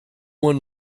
one